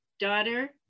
daughter